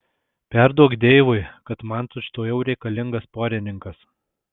perduok deivui kad man tučtuojau reikalingas porininkas